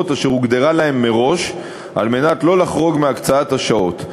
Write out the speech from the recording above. אשר הוגדרה להם מראש על מנת שלא לחרוג מהקצאת השעות.